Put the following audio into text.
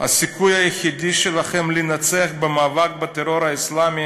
הסיכוי היחידי שלכם לנצח במאבק בטרור האסלאמי